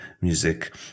music